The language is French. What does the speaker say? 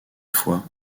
fois